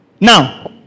Now